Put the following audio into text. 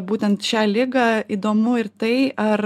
būtent šią ligą įdomu ir tai ar